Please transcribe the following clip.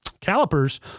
calipers